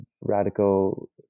radical